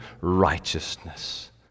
righteousness